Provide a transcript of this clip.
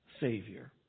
Savior